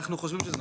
אנחנו חושבים שזה